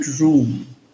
room